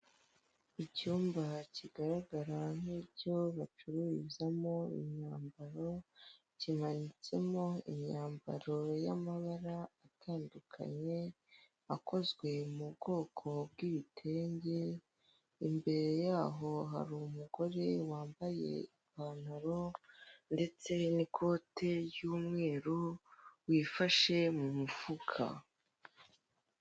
Icyumba kigaragara nk'icyo bacururizamo imyambaro kimanitsemo imyambaro y'amabara atandukanye akozwe mu bwoko bw'ibitenge imbere yaho hari umugore wambaye ipantaro, ndetse n'ikote y'umweru wifashe mu mufuka.